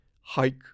hike